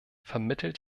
vermittelt